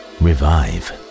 revive